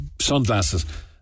sunglasses